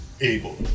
able